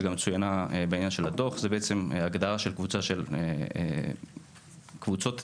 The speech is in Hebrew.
שזה בעצם הגדרה של קבוצות תרפויטיות,